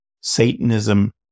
Satanism